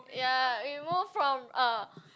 ya we move from ah